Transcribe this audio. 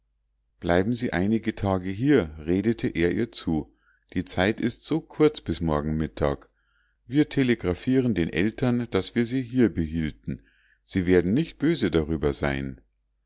bleiben sie einige tage hier redete er ihr zu die zeit ist so kurz bis morgen mittag wir telegraphieren den eltern daß wir sie hier behielten sie werden nicht böse darüber sein